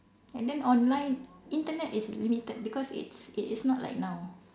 and then online Internet is limited because it's it is not like now